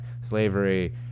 slavery